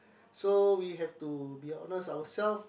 so we have to be honest ourself